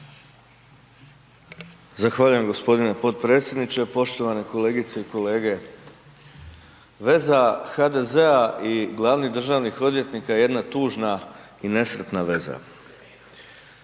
Zahvaljujem gospodine potpredsjedniče. Poštovane kolegice i kolege. Veza HDZ-a i glavnih državnih odvjetnika je jedna tužna i nesretna veza.